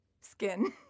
skin